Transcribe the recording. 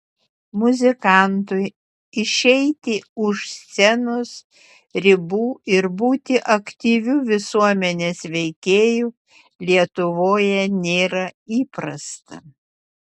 muzikantui išeiti už scenos ribų ir būti aktyviu visuomenės veikėju lietuvoje nėra įprasta